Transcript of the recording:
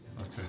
Okay